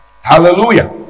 hallelujah